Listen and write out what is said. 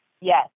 Yes